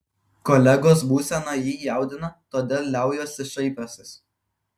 kolegos būsena jį jaudina todėl liaujuosi šaipęsis